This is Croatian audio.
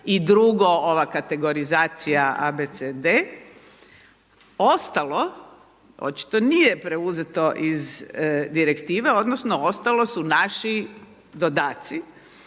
i drugo, ova kategorizacija A, B, C, D ostalo očito nije preuzeto iz direktive odnosno ostalo su naši dodaci.